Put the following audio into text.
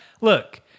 Look